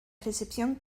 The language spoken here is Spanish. recepción